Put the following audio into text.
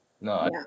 No